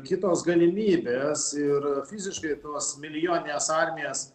kitos galimybės ir fiziškai tos milijonines armijas